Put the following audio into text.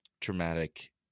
traumatic –